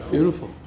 Beautiful